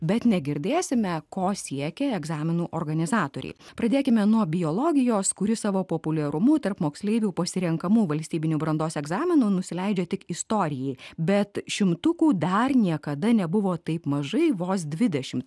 bet negirdėsime ko siekia egzaminų organizatoriai pradėkime nuo biologijos kuri savo populiarumu tarp moksleivių pasirenkamų valstybinių brandos egzaminų nusileidžia tik istorijai bet šimtukų dar niekada nebuvo taip mažai vos dvidešimt